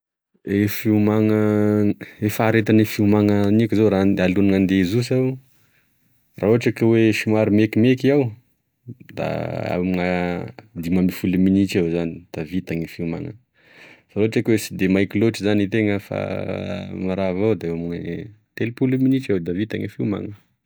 E fiomana e faharetagne fihomana haniko zao raha ande- alohagne andeha izoso aho raha ohatry ka oe somary mekimeky iaho da amina dimy amby folo minitry eo zany da vita gne fiomana fa raha ohatry oe ka sy da maiky loatra zany e tena fa e raha avao da eo aminy telopolo minitra eo da vita gne fiomana.